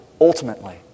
Ultimately